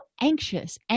anxious